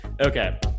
Okay